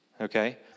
okay